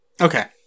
okay